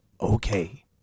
Okay